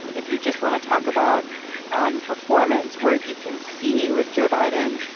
if you just want to talk about um performance where you can see with joe biden